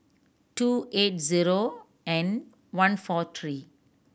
two eight zero and one four three